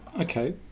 Okay